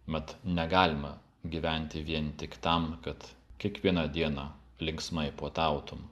mat negalima gyventi vien tik tam kad kiekvieną dieną linksmai puotautum